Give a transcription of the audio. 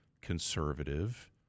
conservative